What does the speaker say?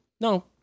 no